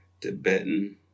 Tibetan